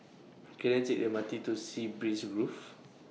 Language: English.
Can I Take The M R T to Sea Breeze Grove